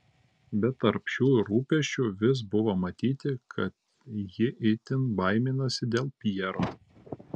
bet tarp šių rūpesčių vis buvo matyti kad ji itin baiminasi dėl pjero